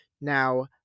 now